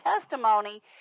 testimony